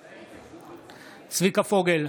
בעד צביקה פוגל,